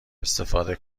استفاده